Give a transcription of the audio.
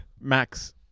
Max